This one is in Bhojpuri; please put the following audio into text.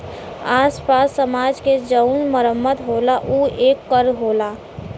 आस पास समाज के जउन मरम्मत होला ऊ ए कर होला